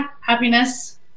happiness